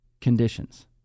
conditions